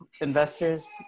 investors